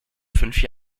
fünf